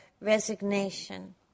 resignation